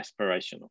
aspirational